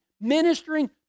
ministering